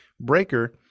Breaker